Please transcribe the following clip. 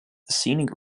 scenic